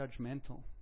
judgmental